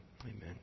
Amen